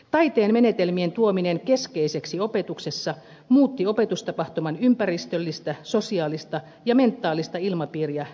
taiteen menetelmien tuominen keskeiseksi opetuksessa muutti opetustapahtuman ympäristöllistä sosiaalista ja mentaalista ilmapiiriä monella tavoin